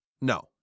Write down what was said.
No